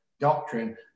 Doctrine